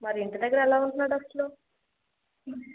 మరి ఇంటి దగ్గర ఎలా ఉంటున్నాడు అసలు